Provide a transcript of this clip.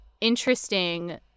interesting